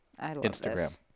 Instagram